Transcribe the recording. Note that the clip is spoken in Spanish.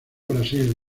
brasil